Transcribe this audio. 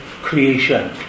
creation